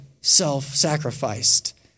self-sacrificed